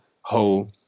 whole